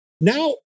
now